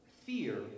fear